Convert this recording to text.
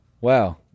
wow